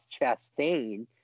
Chastain